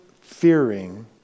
fearing